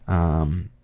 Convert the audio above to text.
um,